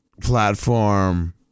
platform